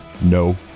no